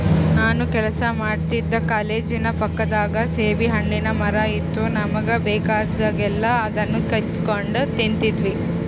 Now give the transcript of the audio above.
ನಾನು ಕೆಲಸ ಮಾಡ್ತಿದ್ದ ಕಾಲೇಜಿನ ಪಕ್ಕದಾಗ ಸೀಬೆಹಣ್ಣಿನ್ ಮರ ಇತ್ತು ನಮುಗೆ ಬೇಕಾದಾಗೆಲ್ಲ ಅದುನ್ನ ಕಿತಿಗೆಂಡ್ ತಿಂತಿದ್ವಿ